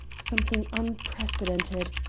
something unprecedented!